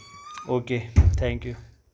okay thank you